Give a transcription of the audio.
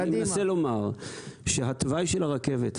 אני מנסה לומר שהתוואי של הרכבת הזו,